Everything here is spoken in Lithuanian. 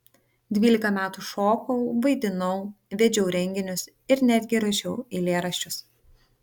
dvylika metų šokau vaidinau vedžiau renginius ir netgi rašiau eilėraščius